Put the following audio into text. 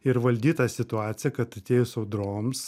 ir valdyt tą situaciją kad atėjus audroms